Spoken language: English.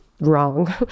wrong